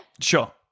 Sure